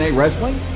wrestling